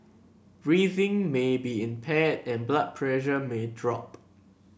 breathing may be impaired and blood pressure may drop